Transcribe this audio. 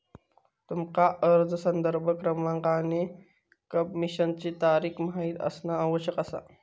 तुमका अर्ज संदर्भ क्रमांक आणि सबमिशनचा तारीख माहित असणा आवश्यक असा